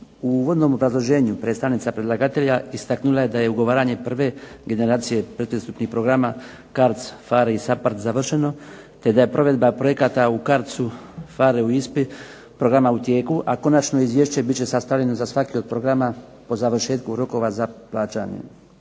U uvodnom obrazloženju predstavnica predlagatelja istaknula je da je ugovaranje prve generacije predpristupnih programa CARDS, PHARE i SAPHARD završeno, te da je provedba projekata u CARDS-u, PHARE-u i ISPA-i programa u tijeku, a konačno izvješće bit će sastavljeno za svaki od programa po završetku rokova za plaćanje.